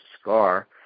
scar